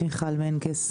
מיכל מנקס,